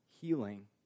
Healing